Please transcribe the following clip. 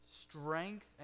Strength